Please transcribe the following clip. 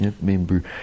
member